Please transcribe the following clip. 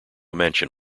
mansion